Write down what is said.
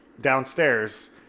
downstairs